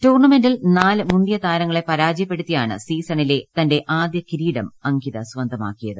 ടൂർണമെന്റിൽ നാല് മുന്തിയ താരങ്ങളെ പരാജയപ്പെടു ത്തിയാണ് സീസണിലെ തന്റെ ആദ്യ കിരീടം അംകിത സ്വന്തമാക്കിയ ത്